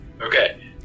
Okay